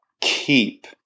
keep